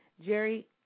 Jerry